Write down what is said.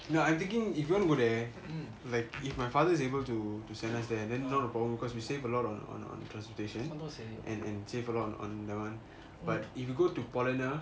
you know I'm thinking if you wanna go there like if my father is able to to send us there and then not a problem because we save a lot on on on the transportation and save a lot on on on that one but if you go to paulaner